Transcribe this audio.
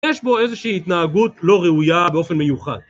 יש בו איזושהי התנהגות לא ראויה באופן מיוחד.